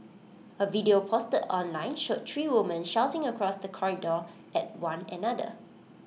A video posted online showed three women shouting across the corridor at one another